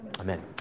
Amen